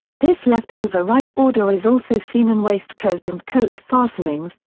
this left over right order is also seen in waistcoat and coat fastenings,